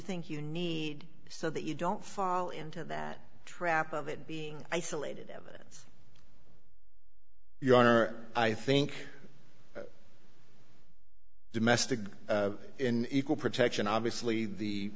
think you need so that you don't fall into that trap of it being isolated evidence your honor i think domestic in equal protection obviously the